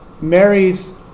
Mary's